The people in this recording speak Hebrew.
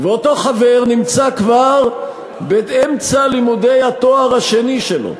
ואותו חבר נמצא כבר באמצע לימודי התואר השני שלו,